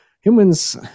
humans